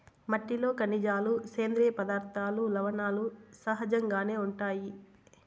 మట్టిలో ఖనిజాలు, సేంద్రీయ పదార్థాలు, లవణాలు సహజంగానే ఉంటాయి